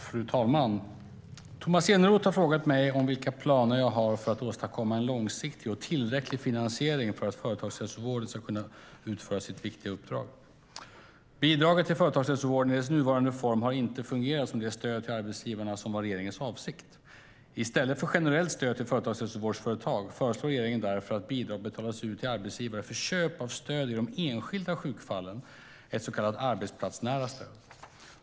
Fru talman! Tomas Eneroth har frågat mig vilka planer jag har för att åstadkomma en långsiktig och tillräcklig finansiering för att företagshälsovården ska kunna utföra sitt viktiga uppdrag. Bidraget till företagshälsovården i dess nuvarande form har inte fungerat som det stöd till arbetsgivarna som var regeringens avsikt. I stället för generellt stöd till företagshälsovårdsföretag föreslår regeringen därför att bidrag betalas ut till arbetsgivare för köp av stöd i de enskilda sjukfallen, ett så kallat arbetsplatsnära stöd.